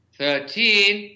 Thirteen